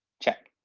check.